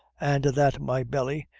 and that my belly,